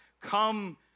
come